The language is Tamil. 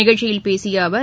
நிகழ்ச்சியில் பேசிய அவர்